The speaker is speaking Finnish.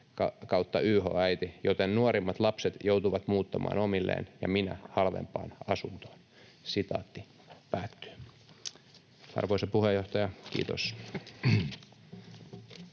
elättäjä/yh-äiti, joten nuorimmat lapset joutuvat muuttamaan omilleen ja minä halvempaa asuntoon.” — Arvoisa puheenjohtaja, kiitos.